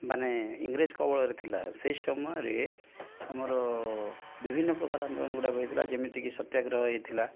ମାନେ ଇଂରେଜ କବଳରେ ଥିଲା ସେ ସମୟରେ ଆମର ବିଭିନ୍ନ ପ୍ରକାର ଗୁଡ଼ାକ ହେଇଥିଲା ଯେମିତିକି ସତ୍ୟାଗ୍ରହ ହେଇଥିଲା